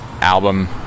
album